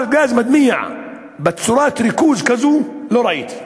אבל גז מדמיע בריכוז כזה לא ראיתי.